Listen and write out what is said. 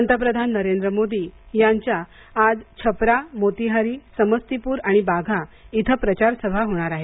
पंतप्रधान नरेंद्र मोदी यांच्या आज छपरा मोतीहारी समस्तीपुर आणि बाघा इथं प्रचारसभा होणार आहेत